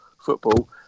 football